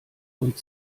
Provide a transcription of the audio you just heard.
und